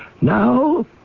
Now